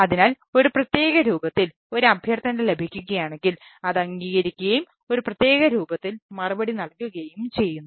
അതിനാൽ ഒരു പ്രത്യേക രൂപത്തിൽ ഒരു അഭ്യർത്ഥന ലഭിക്കുകയാണെങ്കിൽ അത് അംഗീകരിക്കുകയും ഒരു പ്രത്യേക രൂപത്തിൽ മറുപടി നൽകുകയും ചെയ്യും